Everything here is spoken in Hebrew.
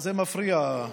זה מפריע,